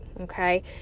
okay